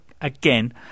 again